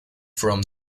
from